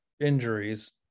injuries